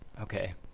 okay